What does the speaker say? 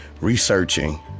researching